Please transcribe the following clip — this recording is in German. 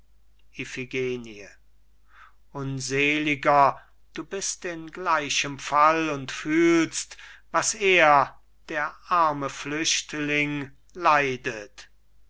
unseliger du bist in gleichem fall und fühlst was er der arme flüchtling leidet